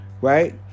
right